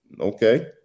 Okay